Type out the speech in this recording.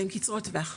אבל הם קצרות טווח,